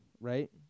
right